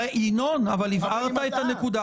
ינון, הבהרת את הנקודה.